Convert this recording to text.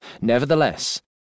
Nevertheless